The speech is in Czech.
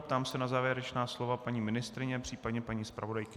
Ptám se na závěrečná slova paní ministryně, případně paní zpravodajky.